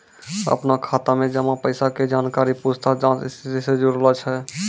अपनो खाता मे जमा पैसा के जानकारी पूछताछ जांच स्थिति से जुड़लो छै